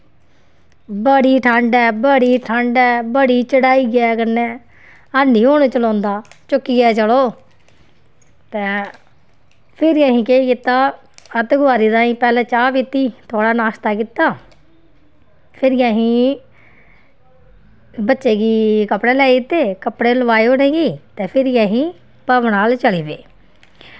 बड़ी ठंड ऐ बड़ी ठंड ऐ बड़ी चढ़ाई ऐ कन्नै हैनी हून चलोंदा चुक्कियै चलो ते फिर असें केह् कीता अद्ध कवारी राहें पैह्लें चाह् पीती थोह्ड़ा नाश्ता कीता फिरी असीं बच्चें गी कपड़े लाई दित्ते कपड़े लोआए उ'नेंगी फिर असीं भवन अ'ल्ल चली पे